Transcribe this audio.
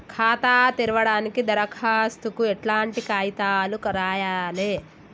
ఖాతా తెరవడానికి దరఖాస్తుకు ఎట్లాంటి కాయితాలు రాయాలే?